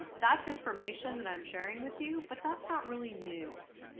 that's information that i'm sharing with you but that's not really news.